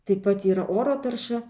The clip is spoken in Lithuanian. taip pat yra oro tarša